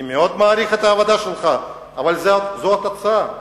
אני מאוד מעריך את העבודה שלך, אבל זו התוצאה,